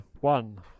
One